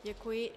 Děkuji.